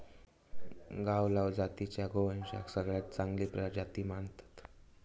गावलाव जातीच्या गोवंशाक सगळ्यात चांगली प्रजाती मानतत